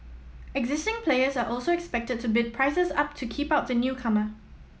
existing players are also expected to bid prices up to keep out the newcomer